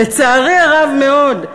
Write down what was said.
לצערי הרב מאוד,